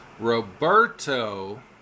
Roberto